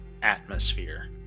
atmosphere